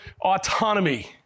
autonomy